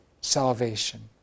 salvation